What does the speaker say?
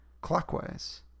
clockwise